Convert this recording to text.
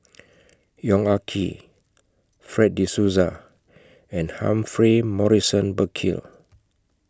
Yong Ah Kee Fred De Souza and Humphrey Morrison Burkill